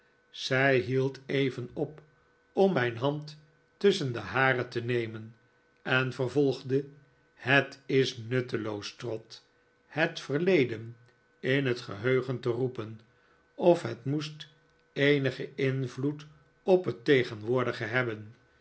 zij hield even op om mijn hand tusschen de hare te nemen en vervolgde het is nutteloos trot het verleden in het geheugen te roepen of het moest eenigen invloed op het tegenwoordige hebben